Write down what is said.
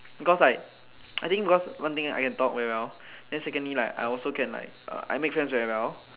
because like I think because one thing I can talk very well then secondly like I also can like I make friends very well